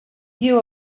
you